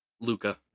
Luca